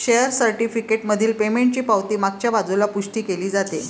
share certificate मधील पेमेंटची पावती मागच्या बाजूला पुष्टी केली जाते